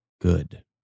Good